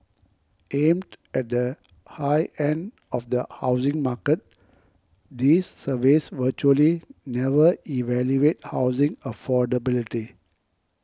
aimed at the high end of the housing market these surveys virtually never evaluate housing affordability